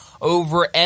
over